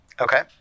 Okay